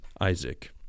Isaac